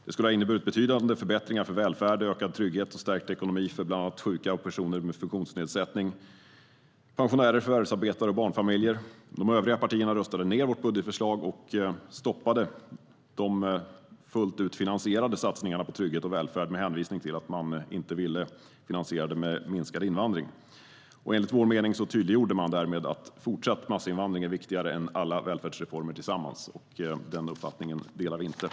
Det skulle ha inneburit betydande förbättringar för välfärd, ökad trygghet och stärkt ekonomi för bland andra sjuka och personer med funktionsnedsättning, pensionärer, förvärvsarbetare och barnfamiljer.